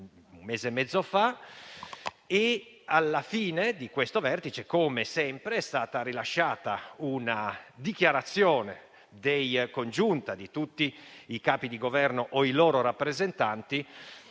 grazie a tutte